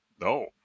No